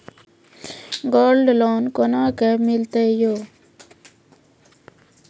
Gold loan कोना के मिलते यो?